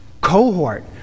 cohort